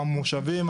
המושבים,